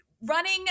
running